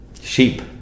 sheep